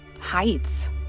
heights